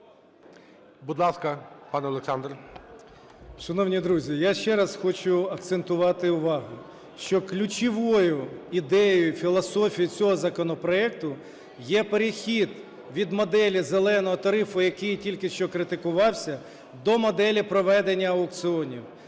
ДОМБРОВСЬКИЙ О.Г. Шановні друзі, я ще раз хочу акцентувати увагу, що ключовою ідеєю і філософією цього законопроекту є перехід від моделі "зеленого" тарифу, який тільки що критикувався, до моделі проведення аукціонів.